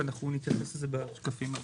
ואנחנו נתייחס לזה בשקפים הבאים.